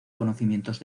conocimientos